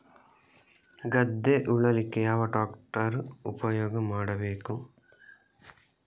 ಗದ್ದೆ ಉಳಲಿಕ್ಕೆ ಯಾವ ಟ್ರ್ಯಾಕ್ಟರ್ ಉಪಯೋಗ ಮಾಡಬೇಕು?